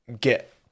get